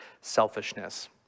selfishness